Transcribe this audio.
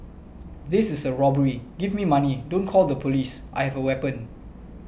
this is a robbery give me money don't call the police I have a weapon